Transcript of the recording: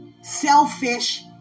selfish